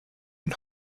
und